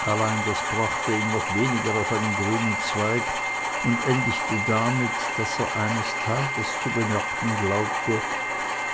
allein das brachte ihn noch weniger auf einen grünen zweig und endigte damit daß er eines tages zu bemerken glaubte